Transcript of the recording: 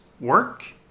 work